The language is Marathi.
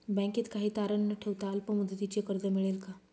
बँकेत काही तारण न ठेवता अल्प मुदतीचे कर्ज मिळेल का?